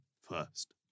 first